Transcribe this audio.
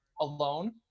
alone